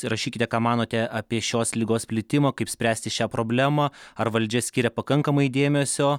rašykite ką manote apie šios ligos plitimą kaip spręsti šią problemą ar valdžia skiria pakankamai dėmesio